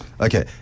Okay